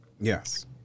Yes